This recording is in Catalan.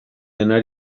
anar